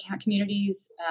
communities